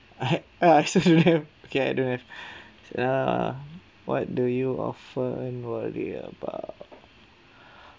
I had uh I also don't have okay I don't have err what do you often worry about